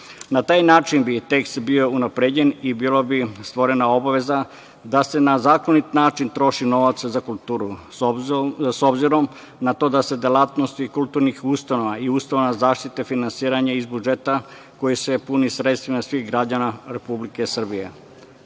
Na taj način bi tekst bio unapređen i bila bi stvorena obaveza da se na zakonit način troši novac za kulturu, obzirom na to da se delatnost kulturnih ustanova i ustanova zaštite finansiraju iz budžeta koji se puni sredstvima svih građana Republike Srbije.